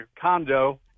condo